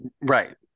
right